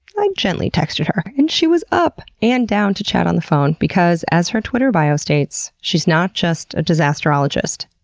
i gently texted her and she was up! and down to chat on the phone! because as her twitter bio states, she's not just a disasterologist,